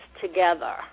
together